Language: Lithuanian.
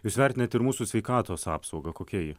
jus vertinat ir mūsų sveikatos apsaugą kokia ji